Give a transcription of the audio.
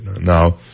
Now